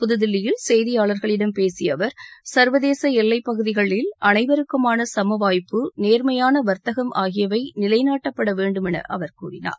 புது தில்லியில் செய்தியாளர்களிடம் பேசிய அவர் சர்வதேச எல்லைப் பகுதிகளில் அனைவருக்குமான சம வாய்ப்பு நேர்மையான வாத்தகம் ஆகியவை நிலைநாட்டப்பட வேண்டுமென அவா் கூறினார்